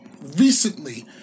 recently